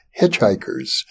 Hitchhikers